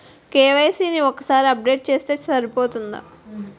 KYC ని ఒక్కసారి update చేస్తే సరిపోతుందా?